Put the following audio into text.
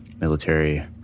military